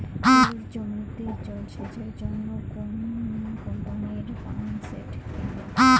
আলুর জমিতে জল সেচের জন্য কোন কোম্পানির পাম্পসেট কিনব?